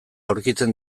aurkitzen